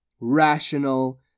rational